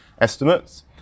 estimates